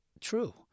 true